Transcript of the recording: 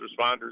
responders